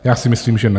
Já si myslím, že ne.